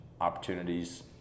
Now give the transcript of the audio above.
opportunities